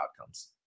outcomes